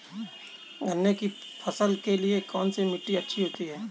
गन्ने की फसल के लिए कौनसी मिट्टी अच्छी होती है?